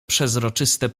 przezroczyste